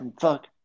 Fuck